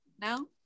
No